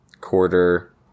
quarter